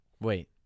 Wait